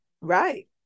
Right